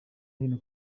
hino